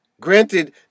Granted